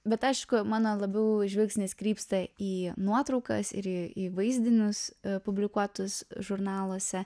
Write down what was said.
bet aišku mano labiau žvilgsnis krypsta į nuotraukas ir į į vaizdinius publikuotus žurnaluose